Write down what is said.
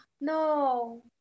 no